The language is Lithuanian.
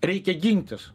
reikia gintis